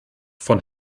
von